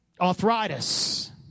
arthritis